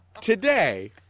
today